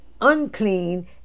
unclean